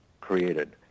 created